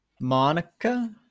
Monica